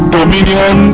Dominion